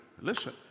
Listen